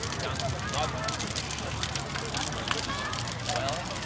johnson's mother is currently serving time in prison for a hit and run as well.